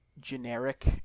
generic